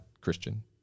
Christian